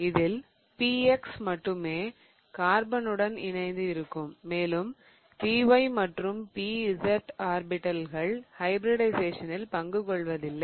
இதில் px மட்டுமே carbon உடன் இணைந்து இருக்கும் மேலும் py மற்றும் pz ஆர்பிடல்கள் ஹைபிரிடிஷயேசனில் பங்கு கொள்வதில்லை